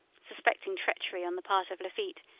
suspecting treachery on the part of lafitte,